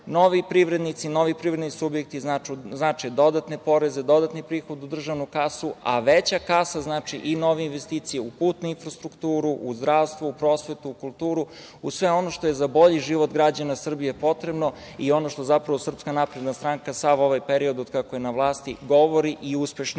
privrednici, novi privredni subjekti znače dodatne poreze, dodatni prihod u državnu kasu, a veća kasa znači i nove investicije u putnu infrastrukturu, u zdravstvo, u prosvetu, u kulturu, u sve ono što je za bolji život građana Srbije potrebno i ono što zapravo SNS sav ovaj period od kako je na vlasti govori i uspešno